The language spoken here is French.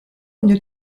une